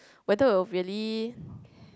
whether it will really